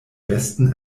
besten